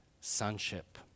sonship